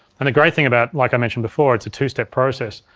and the great thing about, like i mentioned before it's a two step process,